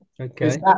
Okay